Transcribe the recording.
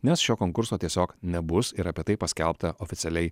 nes šio konkurso tiesiog nebus ir apie tai paskelbta oficialiai